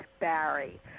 Barry